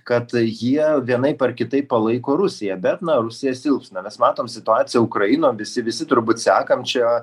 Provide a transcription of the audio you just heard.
kad jie vienaip ar kitaip palaiko rusiją bet na rusija silpsta mes matom situaciją ukrainoj visi visi turbūt sekam čia